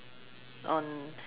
on